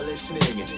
Listening